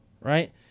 right